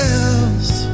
else